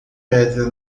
pedra